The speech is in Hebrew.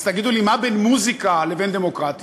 אז תגידו לי, מה בין מוזיקה לבין דמוקרטיה?